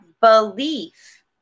belief